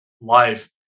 life